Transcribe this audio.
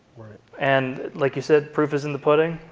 and like you said, proof is in the pudding,